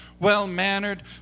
well-mannered